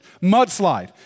Mudslide